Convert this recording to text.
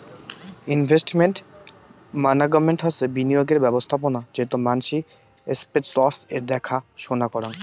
investment management হসে বিনিয়োগের ব্যবস্থাপোনা যেটো মানসি এস্সেটস এর দ্যাখা সোনা করাং